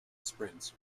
sprints